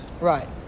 Right